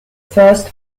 first